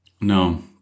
No